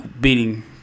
beating